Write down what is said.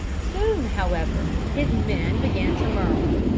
soon, however, his men began to murmur.